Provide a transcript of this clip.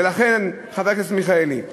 ולכן, חבר הכנסת מיכאלי,